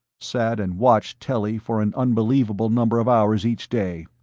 sat and watched telly for an unbelievable number of hours each day,